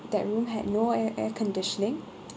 that room had no air~ air conditioning